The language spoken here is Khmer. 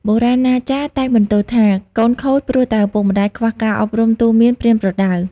បុរាណាចារ្យតែងបន្ទោសថា កូនខូចព្រោះតែឪពុកម្ដាយខ្វះការអប់រំទូន្មានប្រៀនប្រដៅ ។